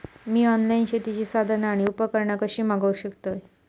मी online शेतीची साधना आणि उपकरणा कशी मागव शकतय?